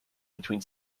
between